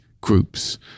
groups